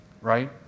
right